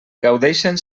gaudeixen